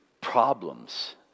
problems